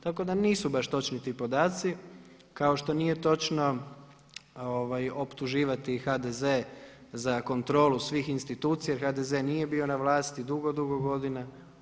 Tako da nisu baš točni ti podaci, kao što nije točno optuživati HDZ za kontrolu svih institucija jer HDZ nije bio na vlasti dugo dugo godina.